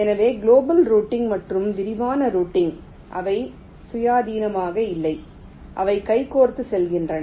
எனவே global routing மற்றும் விரிவான ரூட்டிங் அவை சுயாதீனமாக இல்லை அவை கைகோர்த்துச் செல்கின்றன